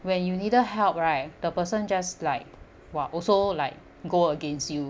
when you needed help right the person just like !wah! also like go against you